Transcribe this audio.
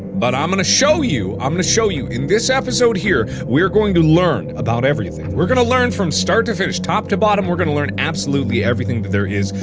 but i'm gonna show you i'm gonna show you in this episode here. we're going to learn about everything. we're gonna learn from start to finish, top to bottom, we're gonna learn absolutely everything that there is,